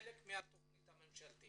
כי זה לא היה במקור חלק מהתכנית הממשלתית?